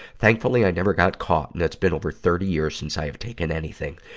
thankfully, i never got caught, and it's been over thirty years since i have taken anything,